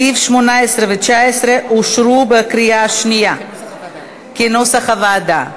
סעיפים 18 ו-19 אושרו בקריאה שנייה כנוסח הוועדה.